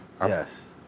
Yes